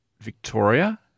victoria